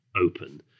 open